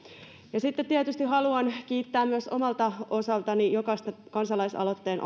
sitten tietysti haluan kiittää myös omalta osaltani jokaista kansalaisaloitteen